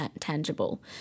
tangible